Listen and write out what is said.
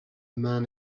man